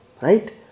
right